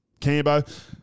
Cambo